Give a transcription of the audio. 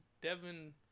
Devin